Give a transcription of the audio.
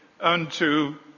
unto